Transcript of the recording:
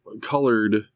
colored